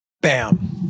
Bam